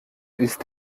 ist